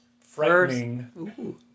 Frightening